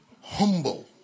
humble